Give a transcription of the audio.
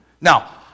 Now